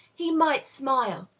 he might smile,